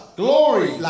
glory